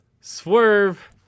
Swerve